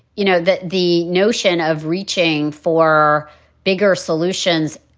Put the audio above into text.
you know, that the notion of reaching for bigger solutions.